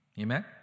Amen